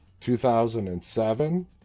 2007